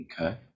Okay